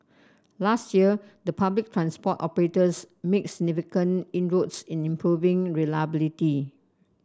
last year the public transport operators made significant inroads in improving reliability